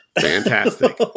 Fantastic